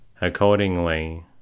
accordingly